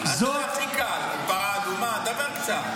הכי קל, פרה אדומה, דבר קצת.